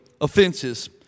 offenses